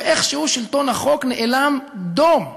ואיכשהו שלטון החוק נאלם דום,